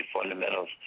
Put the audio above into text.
fundamentals